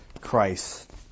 Christ